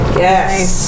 yes